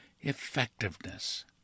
effectiveness